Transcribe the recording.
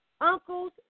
uncles